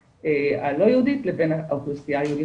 הלא יהודית לבין האוכלוסייה היהודית.